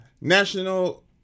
National